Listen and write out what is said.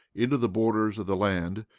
into the borders of the land,